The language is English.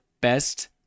best